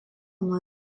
nuo